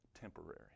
Temporary